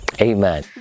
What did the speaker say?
Amen